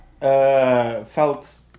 felt